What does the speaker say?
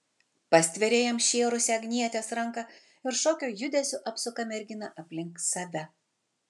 pastveria jam šėrusią agnietės ranką ir šokio judesiu apsuka merginą aplink save